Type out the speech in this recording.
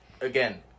Again